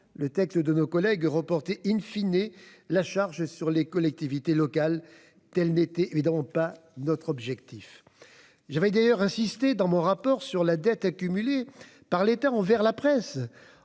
le texte de nos collègues députés reportait la charge sur les collectivités locales ; tel n'était évidemment pas notre objectif. J'avais d'ailleurs insisté dans mon rapport d'information sur la dette accumulée par l'État envers la presse,